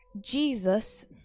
Jesus